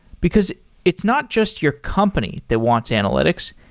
because it's not just your company that wants analytics.